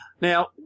Now